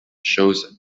shows